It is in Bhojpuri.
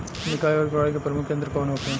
निकाई और गुड़ाई के प्रमुख यंत्र कौन होखे?